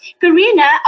Karina